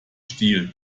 stil